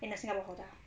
in the singapore product